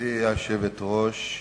גברתי היושבת-ראש,